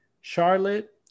charlotte